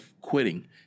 quitting